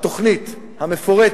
התוכנית המפורטת,